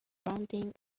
rounding